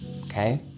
Okay